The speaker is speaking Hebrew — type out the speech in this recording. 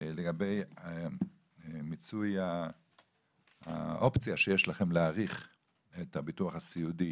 לגבי מיצוי האופציה שיש לכם להאריך את הביטוח הסיעודי